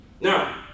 Now